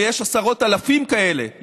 ויש עשרות אלפים כאלה,